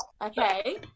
Okay